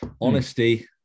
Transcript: Honesty